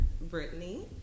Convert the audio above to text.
Brittany